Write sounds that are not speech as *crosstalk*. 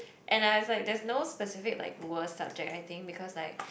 and I was like there's no specific like worst subject I think because like *noise*